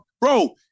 Bro